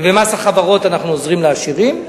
במס החברות אנחנו עוזרים לעשירים,